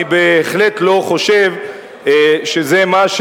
אני בהחלט לא חשוב שזה מה,